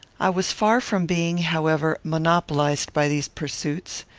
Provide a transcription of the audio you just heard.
i was far from being, however, monopolized by these pursuits.